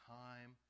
time